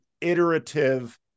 iterative